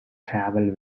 travel